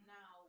Now